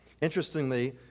Interestingly